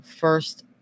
first